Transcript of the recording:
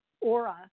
aura